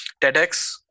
TEDx